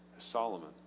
Solomon